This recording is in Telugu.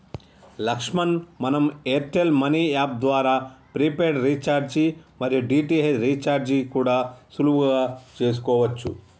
లక్ష్మణ్ మనం ఎయిర్టెల్ మనీ యాప్ ద్వారా ప్రీపెయిడ్ రీఛార్జి మరియు డి.టి.హెచ్ రీఛార్జి కూడా సులువుగా చేసుకోవచ్చు